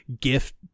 gift